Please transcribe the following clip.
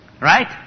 Right